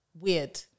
weird